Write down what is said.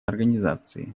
организации